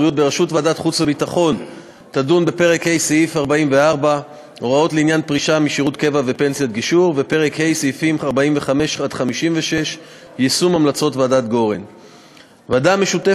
תעבור גם הצעת חוק-יסוד: משק המדינה (תיקון מס' 9). הערה: נושאים